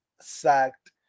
sacked